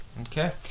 Okay